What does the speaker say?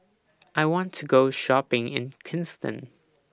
I want to Go Shopping in Kingston